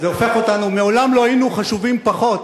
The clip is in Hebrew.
מעולם לא היינו חשובים פחות.